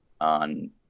on